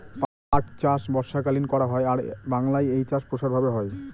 পাট চাষ বর্ষাকালীন করা হয় আর বাংলায় এই চাষ প্রসার ভাবে হয়